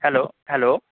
hello hello